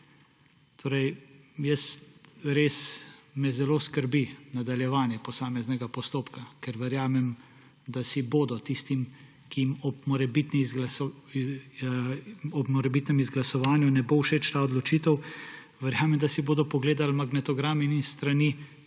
primer. Res me zelo skrbi nadaljevanje posameznega postopka, ker verjamem, da tistim, ki jim ob morebitnem izglasovanju ne bo všeč ta odločitev, verjamem, da si bodo pogledali magnetogram in s strani